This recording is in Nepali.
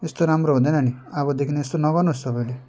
त्यस्तो राम्रो हुँदैन नि अबदेखि यस्तो न गर्नु होस् तपाईँले